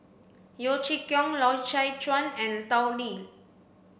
Yeo Chee Kiong Loy Chye Chuan and Tao Li